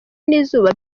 n’izuba